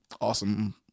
awesome